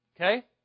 Okay